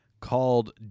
called